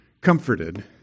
comforted